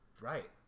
Right